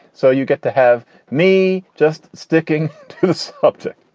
so you get to have me just sticking to this uptick.